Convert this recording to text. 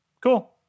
Cool